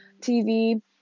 TV